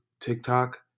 TikTok